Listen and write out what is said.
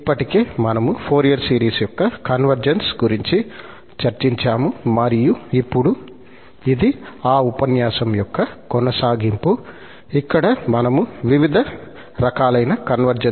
ఇప్పటికే మనము Fourier series యొక్క కన్వర్జెన్స్ గురించి చర్చించాము మరియు ఇప్పుడు ఇది ఆ ఉపన్యాసం యొక్క కొనసాగింపు ఇక్కడ మనము వివిధ రకాలైన కన్వర్జెన్స్లను పరిశీలిస్తాము